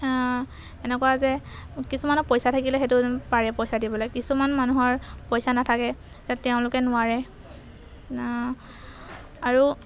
এনেকুৱা যে কিছুমানৰ পইচা থাকিলে সেইটো পাৰে পইচা দিবলৈ কিছুমান মানুহৰ পইচা নাথাকে তাত তেওঁলোকে নোৱাৰে আৰু